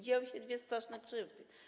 Dzieją się dwie straszne krzywdy.